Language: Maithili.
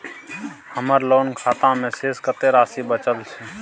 हमर लोन खाता मे शेस कत्ते राशि बचल छै?